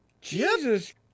Jesus